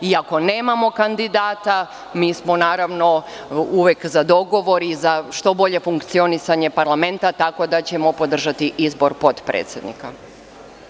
Iako nemamo kandidata, mi smo naravno uvek za dogovor i za što bolje funkcionisanje parlamenta, tako da ćemo podržati izbor potpredsednika.